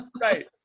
Right